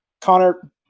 Connor